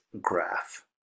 graph